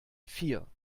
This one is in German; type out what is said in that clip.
vier